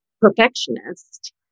perfectionist